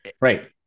Right